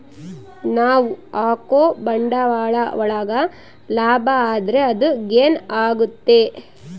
ನಾವ್ ಹಾಕೋ ಬಂಡವಾಳ ಒಳಗ ಲಾಭ ಆದ್ರೆ ಅದು ಗೇನ್ ಆಗುತ್ತೆ